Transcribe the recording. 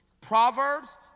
Proverbs